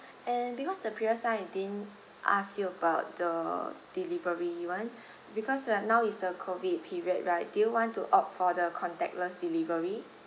and because the previous one I didn't ask you about the delivery you want because right now is the COVID period right do you want to opt for the contactless delivery